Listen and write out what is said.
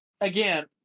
again